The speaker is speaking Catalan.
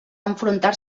enfrontar